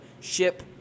ship